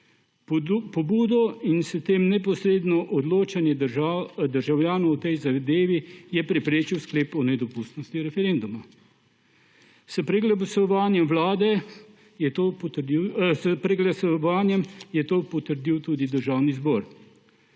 Pobudo in s tem neposredno odločanje državljanov o tej zadevi je preprečil sklep o nedopustnosti referenduma. S preglasovanjem je to potrdil tudi Državni zbor.